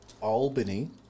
Albany